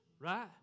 right